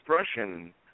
expression